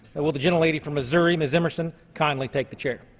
and will the gentlelady from missouri, mrs. emerson, kindly take the chair.